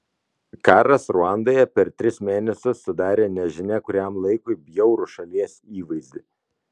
karas ruandoje per tris mėnesius sudarė nežinia kuriam laikui bjaurų šalies įvaizdį